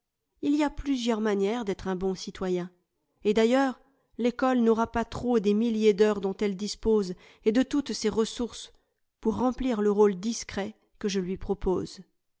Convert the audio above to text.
il y a plusieurs manières d'être un bon citoyen et d'ailleurs l'école n'aura pas trop des milliers d'heures dont elle dispose et de toutes ses ressources pour remplir le rôle discret que je lui propose